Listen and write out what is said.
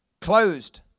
Closed